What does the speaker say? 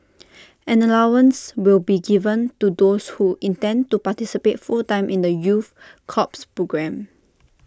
an allowance will be given to those who intend to participate full time in the youth corps programme